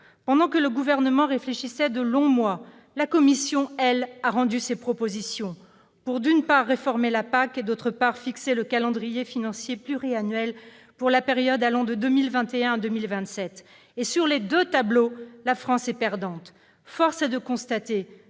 Pendant que le Gouvernement réfléchissait durant de longs mois, la Commission a rendu ses propositions pour, d'une part, réformer la PAC et, d'autre part, fixer le cadre financier pluriannuel 2021-2027. Sur les deux tableaux, la France est perdante. Force est de constater